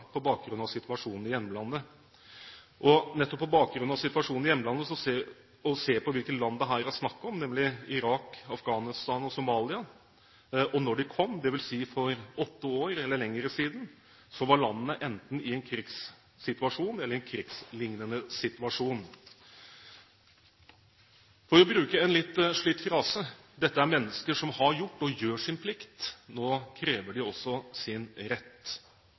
på bakgrunn av situasjonen i hjemlandet. Nettopp på bakgrunn av situasjonen i hjemlandet må man se på hvilke land det her er snakk om, nemlig Irak, Afghanistan og Somalia. Da de kom, dvs. for åtte år eller lenger siden, var landet deres enten i en krigssituasjon eller i en krigslignende situasjon. For å bruke en litt slitt frase: Dette er mennesker som har gjort og gjør sin plikt, nå krever de også sin rett.